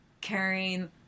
carrying